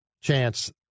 chance